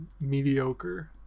mediocre